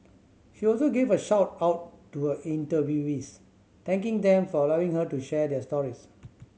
she also gave a shout out to her interviewees thanking them for allowing her to share their stories